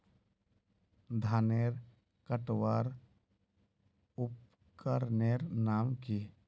धानेर कटवार उपकरनेर नाम की?